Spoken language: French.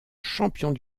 champions